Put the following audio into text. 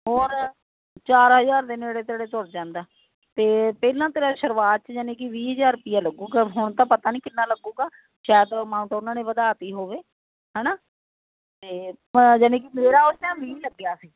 ਹੋਰ ਚਾਰ ਹਜ਼ਾਰ ਦੇ ਨੇੜੇ ਤੇੜੇ ਤੁਰ ਜਾਂਦਾ ਤੇ ਪਹਿਲਾਂ ਤੇਰਾ ਸ਼ੁਰੂਆਤ ਚ ਜਾਨੀ ਕੀ ਵੀਹ ਹਜ਼ਾਰ ਰੁਪਈਆ ਲੱਗੂਗਾ ਹੁਣ ਤਾਂ ਪਤਾ ਨੀ ਕਿੰਨਾ ਲੱਗੂਗਾ ਸ਼ਾਇਦ ਅਮਾਊਟ ਉਹਨਾਂ ਨੇ ਵਧਾ ਤੀ ਹੋਵੇ ਹਨਾ ਤੇ ਜਾਨੀ ਕੀ ਮੇਰਾ ਉਸ ਟੈਮ ਵੀਹ ਲੱਗਿਆ ਸੀ